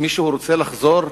מישהו רוצה לחזור